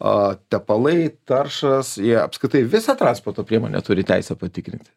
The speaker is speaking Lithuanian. tepalai taršas jie apskritai visą transporto priemonę turi teisę patikrinti